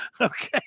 Okay